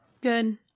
Good